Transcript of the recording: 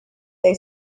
they